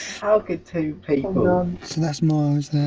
how could two people? so that's myles,